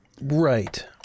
Right